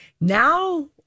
now